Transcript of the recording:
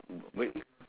wait